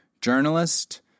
journalist